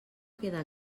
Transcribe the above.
queda